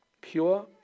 pure